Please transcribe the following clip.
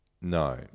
No